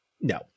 no